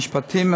המשפטים,